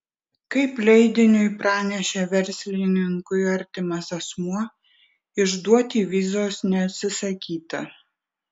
kaip leidiniui pranešė verslininkui artimas asmuo išduoti vizos neatsisakyta